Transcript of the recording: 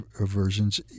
versions